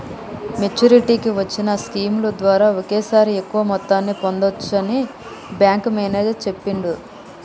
మెచ్చురిటీకి వచ్చిన స్కీముల ద్వారా ఒకేసారి ఎక్కువ మొత్తాన్ని పొందచ్చని బ్యేంకు మేనేజరు చెప్పిండు